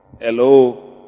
Hello